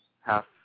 half